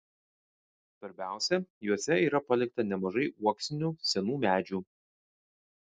svarbiausia juose yra palikta nemažai uoksinių senų medžių